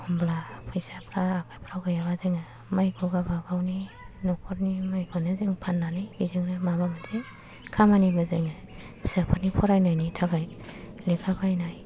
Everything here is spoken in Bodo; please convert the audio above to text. एखमब्ला फैसाफ्रा आखाइफ्राव गैयाबा जोङो माइखौ गावबागावनि न'खरनि माइखौनो जों फान्नानै बेजोंनो माबा मोनसे खामानिबो जोङो फिसाफोरनि फरायनायनि थाखाय लेखा बायनाय